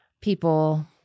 people